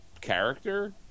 character